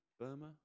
Burma